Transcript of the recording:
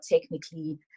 technically